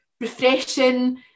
refreshing